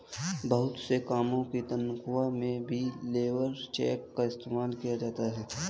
बहुत से कामों की तन्ख्वाह में भी लेबर चेक का इस्तेमाल किया जाता है